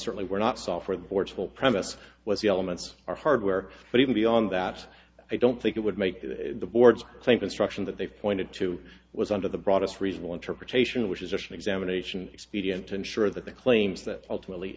certainly were not software the board's whole premise was the elements or hardware but even beyond that i don't think it would make the board's think instruction that they've pointed to was under the broadest reasonable interpretation which is just an examination expedient to ensure that the claims that ultimately